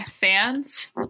fans